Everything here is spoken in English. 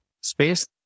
space